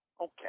Okay